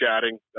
chatting